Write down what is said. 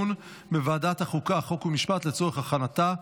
לוועדת החוקה, חוק ומשפט נתקבלה.